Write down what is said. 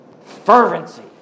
Fervency